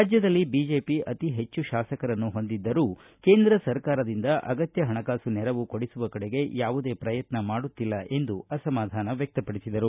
ರಾಜ್ಯದಲ್ಲಿ ಬಿಜೆಪಿ ಅತಿ ಹೆಚ್ಚು ಶಾಸಕರನ್ನು ಹೊಂದಿದ್ದರೂ ಕೇಂದ್ರ ಸರ್ಕಾರದಿಂದ ಅಗತ್ಯ ಹಣಕಾಸು ನೆರವು ಕೊಡಿಸುವ ಕಡೆಗೆ ಯಾವುದೇ ಪ್ರಯತ್ನ ಮಾಡುತ್ತಿಲ್ಲ ಎಂದು ಅಸಮಾಧಾನ ವ್ಯಕ್ತಪಡಿಸಿದರು